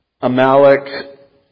Amalek